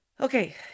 Okay